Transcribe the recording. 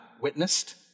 witnessed